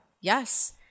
Yes